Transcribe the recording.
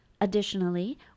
Additionally